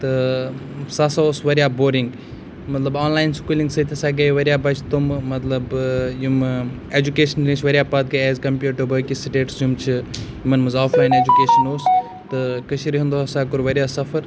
تہٕ سَہ ہسا اوس واریاہ بورِنٛگ مطلب آن لاین سکوٗلِنٛگ سۭتۍ ہَسا گٔیے واریاہ بَچہِ تٔمہٕ مطلب یِمہٕ اٮ۪جوکیشنہٕ ںِش واریاہ پَتھ گٔیے ایز کَمپیٲرڑ ٹو باقٕے سِٹیٹٕس یِم چھِ یِمَن منٛز آف لاین اٮ۪جوکیشَن اوس تہٕ کٔشیٖرِ ہںٛدیو ہَسا کوٚر واریاہ سفر